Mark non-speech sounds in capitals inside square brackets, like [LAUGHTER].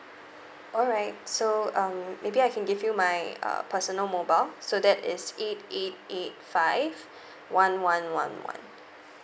alright so um maybe I can give you my uh personal mobile so that is eight eight eight five [BREATH] one one one one